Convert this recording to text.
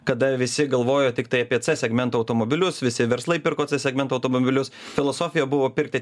kada visi galvojo tiktai apie c segmento automobilius visi verslai pirko c segmento automobilius filosofija buvo pirkti